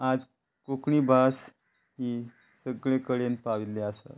कोंकणी भास ही सगळे कडेन पाविल्ले आसा